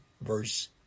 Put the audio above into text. verse